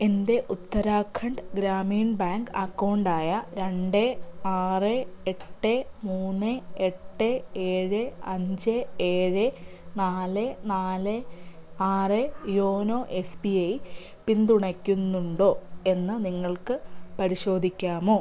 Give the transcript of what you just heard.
എൻ്റെ ഉത്തരാഖണ്ഡ് ഗ്രാമീൺ ബാങ്ക് അക്കൗണ്ടായ രണ്ട് ആറ് എട്ട് മൂന്ന് എട്ട് ഏഴ് അഞ്ച് ഏഴ് നാല് നാല് ആറ് യോനോ എസ് ബി ഐ പിന്തുണയ്ക്കുന്നുണ്ടോ എന്ന് നിങ്ങൾക്ക് പരിശോധിക്കാമോ